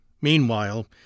Meanwhile